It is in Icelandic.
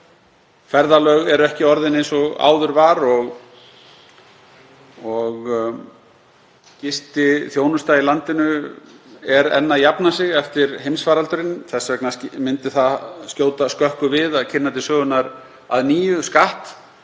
ferðalög eru ekki orðin eins og áður var og gistiþjónusta í landinu er enn að jafna sig eftir heimsfaraldur. Þess vegna myndi það skjóta skökku við að kynna til sögunnar að nýju skatt